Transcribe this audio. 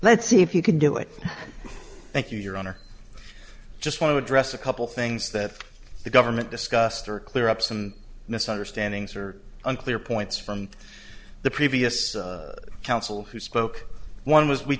let's see if you can do it thank you your honor just want to address a couple things that the government discussed or clear up some misunderstandings or unclear points from the previous council who spoke one was we